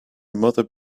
mother